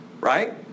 Right